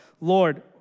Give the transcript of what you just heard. Lord